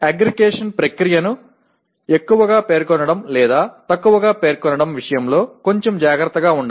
ஒருங்கிணைத்தல் செயல்முறையை அதிகமாக குறிப்பிடுவதில் அல்லது குறைத்து குறிப்பிடுவதில் ஒருவர் கொஞ்சம் கவனமாக இருக்க வேண்டும்